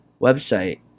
website